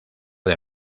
del